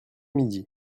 midi